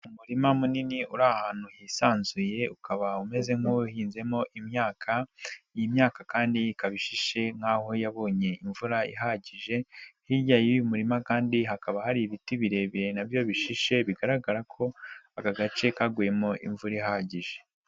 Umurima munini uri ahantu hisanzuye, ukaba umeze nkuwahinzemo imyaka, iyi myaka kandi ikaba ishishe nk'aho yabonye imvura ihagije, hirya y'uyumurima kandi hakaba hari ibiti birebire nabyo bishishe bigaragara ko aka gace kaguyemo imvura ihagije.